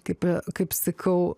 kaip i kaip sakau